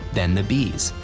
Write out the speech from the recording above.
then the b's.